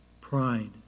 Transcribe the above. Pride